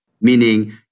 Meaning